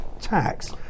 tax